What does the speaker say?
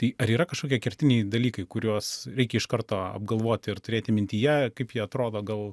tai ar yra kažkokie kertiniai dalykai kuriuos reikia iš karto apgalvoti ir turėti mintyje kaip jie atrodo gal